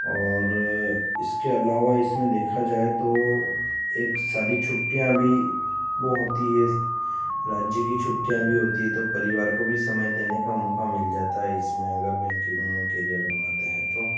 और इसके अलावा इसमें देखा जाए तो एक सारी छुट्टियाँ भी वो होती हैं राज्य की छुट्टियाँ भी होती हैं तो परिवार को भी समय देने का मौका मिल जाता है इसमें अगर बैंकिंग में कैरियर बनाते हैं तो